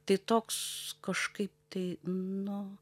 tai toks kažkaip tai nu